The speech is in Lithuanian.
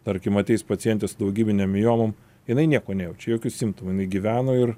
tarkim ateis pacientės su daugybinėm miomom jinai nieko nejaučia jokių simptomų jinai gyveno ir